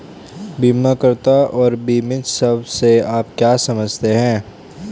बीमाकर्ता और बीमित शब्द से आप क्या समझते हैं?